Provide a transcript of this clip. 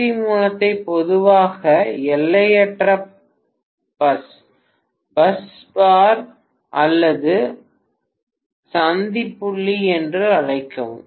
சக்தி மூலத்தை பொதுவாக எல்லையற்ற பஸ் பஸ் பார் அல்லது சந்தி புள்ளி என்று அழைக்கவும்